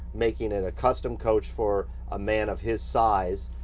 making it a custom coach for a man of his size,